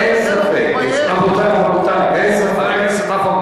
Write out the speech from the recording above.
אין ספק, אין ספק.